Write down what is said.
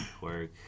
work